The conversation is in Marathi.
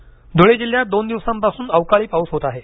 अवकाळी पाऊस धुळे जिल्ह्यात दोन दिवसांपासून अवकाळी पाऊस होत आहे